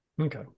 okay